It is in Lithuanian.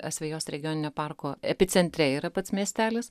asvejos regioninio parko epicentre yra pats miestelis